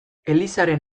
elizaren